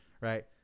right